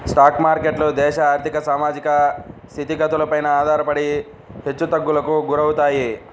stock మార్కెట్లు దేశ ఆర్ధిక, సామాజిక స్థితిగతులపైన ఆధారపడి హెచ్చుతగ్గులకు గురవుతాయి